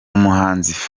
umuhanzikazi